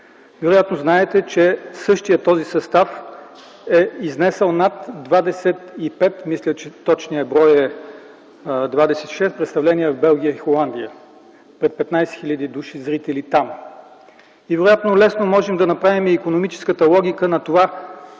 Вероятно знаете, че същият този състав е изнесъл над 25, мисля, че точният брой е 26, представления в Белгия и Холандия пред 15 хиляди души зрители там. Вероятно лесно можем да направим икономическата логика на това